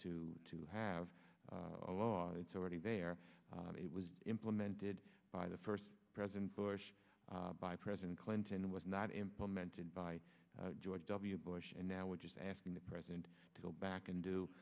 to to have a law it's already there it was implemented by the first president bush by president clinton was not implemented by george w bush and now we're just asking the president to go back and do